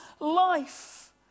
life